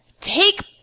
take